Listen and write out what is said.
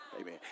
Amen